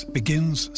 begins